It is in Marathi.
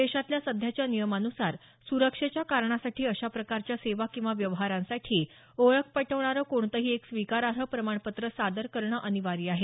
देशातल्या सध्याच्या नियमांनुसार सुरक्षेच्या कारणासाठी अशा प्रकारच्या सेवा किंवा व्यवहारांसाठी ओळख पटवणारं कोणतंही एक स्वीकारार्ह प्रमाणपत्र सादर करणं अनिवार्य आहे